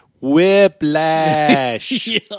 whiplash